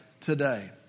today